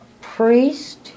priest